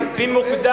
מה, אתה יועץ?